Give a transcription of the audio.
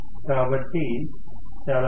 కాబట్టి చాలా స్పష్టంగా 0